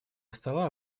стола